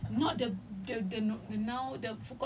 that's a food court